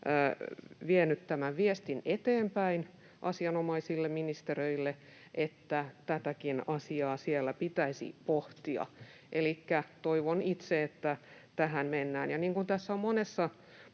vienyt eteenpäin asianomaisille ministeriöille tämän viestin, että tätäkin asiaa siellä pitäisi pohtia. Elikkä toivon itse, että tähän mennään. Ja niin kuin tässä on monessa